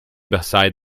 beside